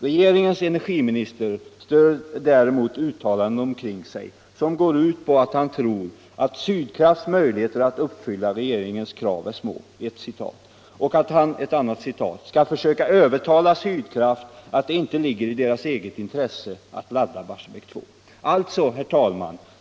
Regeringens energiminister strör däremot uttalanden omkring sig som går ut på att han tror att Sydkrafts möjligheter att uppfylla regeringens krav är små och att han 19 Om regeringens linje i kärnkraftsfrågan skall försöka övertala Sydkraft att det inte ligger i' företagets intresse att ladda Barsebäck 2.